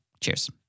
Cheers